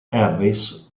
harris